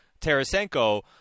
Tarasenko